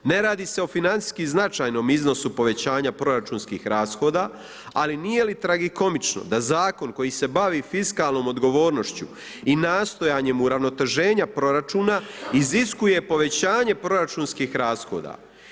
Ne radi se o financijski značajnom iznosu povećanja proračunskih rashoda, ali nije li tragikomično da zakon koji se bavi fiskalnom odgovornošću i nastojanjem uravnoteženja proračuna iziskuje povećanje proračunskih rashoda?